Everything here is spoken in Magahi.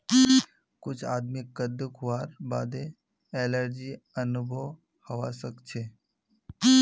कुछ आदमीक कद्दू खावार बादे एलर्जी अनुभव हवा सक छे